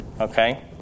Okay